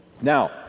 Now